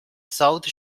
south